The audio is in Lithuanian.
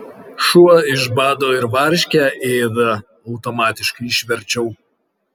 šuo iš bado ir varškę ėda automatiškai išverčiau